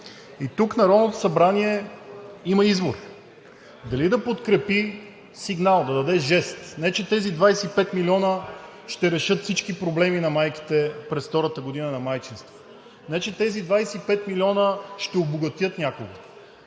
Тук Народното събрание има избор дали да подкрепи сигнал, да даде жест – не че тези 25 милиона ще решат всички проблеми на майките през втората година на майчинство, не че тези 25 милиона ще обогатят някого,